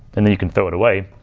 and then you can throw it away.